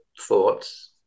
thoughts